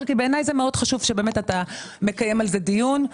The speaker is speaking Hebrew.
כי בעיניי זה מאוד חשוב שאתה מקיים על זה דיון.